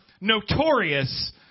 notorious